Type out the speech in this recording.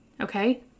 okay